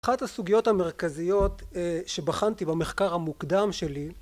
אחת הסוגיות המרכזיות שבחנתי במחקר המוקדם שלי...